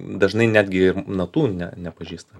dažnai netgi natų ne nepažįsta